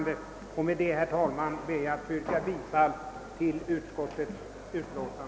Herr talman! Med det anförda ber jag att få yrka bifall till utskottets hemställan.